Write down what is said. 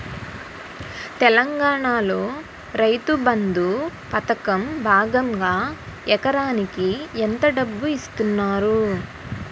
తెలంగాణలో రైతుబంధు పథకం భాగంగా ఎకరానికి ఎంత డబ్బు ఇస్తున్నారు?